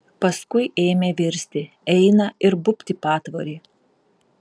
paskui ėmė virsti eina ir bubt į patvorį